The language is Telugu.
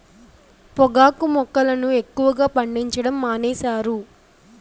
పొగాకు మొక్కలను ఎక్కువగా పండించడం మానేశారు